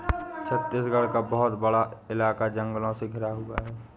छत्तीसगढ़ का बहुत बड़ा इलाका जंगलों से घिरा हुआ है